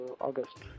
August